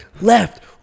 left